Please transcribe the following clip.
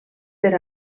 per